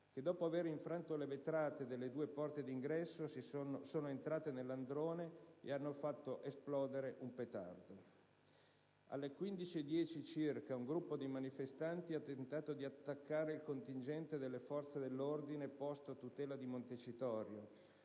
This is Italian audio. che, dopo aver infranto le vetrate delle due porte di ingresso, sono entrate nell'androne ed hanno fatto esplodere un petardo. Alle ore 15,10 circa, un gruppo di manifestanti ha tentato di attaccare il contingente delle forze dell'ordine posto a tutela di Montecitorio,